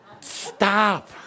Stop